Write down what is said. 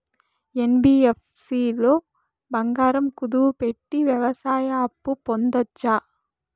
NBFC లో బంగారం కుదువు పెట్టి వ్యవసాయ అప్పు పొందొచ్చా?